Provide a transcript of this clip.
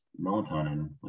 melatonin